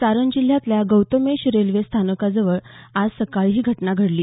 सारन जिल्ह्यातल्या गौतमेश रेल्वे स्थानकाजवळ आज सकाळी ही घटना घडली